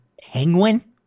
penguin